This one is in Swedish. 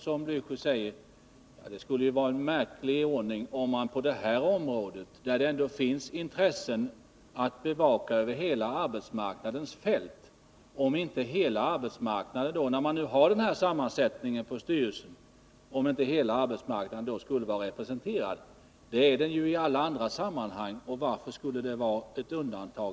Men när vi nu har denna sammansättning av styrelsen vore det märkligt om inte arbetsgivarsidan vore representerad på det här området, eftersom det finns intressen att bevaka över hela arbetsmarknadens fält och hela arbetsmarknaden då också skall vara representerad. Det är den i alla andra sammanhang. Varför skulle detta vara ett undantag?